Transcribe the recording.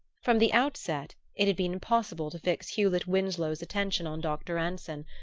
from the outset it had been impossible to fix hewlett winsloe's attention on dr. anson.